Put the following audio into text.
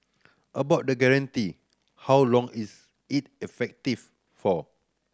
about the guarantee how long is it effective for